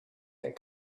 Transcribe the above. that